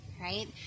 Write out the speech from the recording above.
right